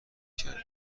کرده